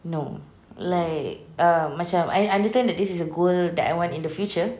no like err macam I understand this is a goal that I want in the future